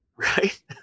Right